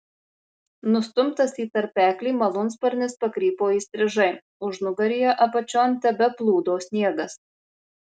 nustumtas į tarpeklį malūnsparnis pakrypo įstrižai užnugaryje apačion tebeplūdo sniegas